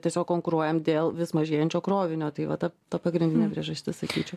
tiesiog konkuruojam dėl vis mažėjančio krovinio tai va ta ta pagrindinė priežastis sakyčiau